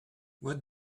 what